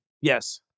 Yes